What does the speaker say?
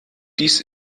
dies